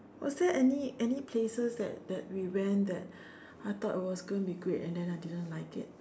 was there any any places that that we went that I thought it was going to be great and then I didn't like it